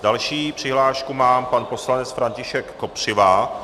Další přihlášku má pan poslanec František Kopřiva.